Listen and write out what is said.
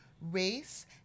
race